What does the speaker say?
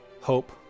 Hope